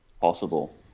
possible